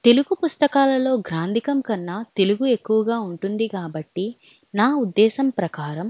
తెలుగు పుస్తకాలలో గ్రాంధికం కన్నా తెలుగు ఎక్కువగా ఉంటుంది కాబట్టి నా ఉద్దేశం ప్రకారం